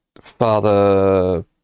father